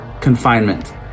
confinement